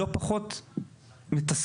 לא פחות מתסכל,